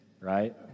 Right